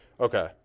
Okay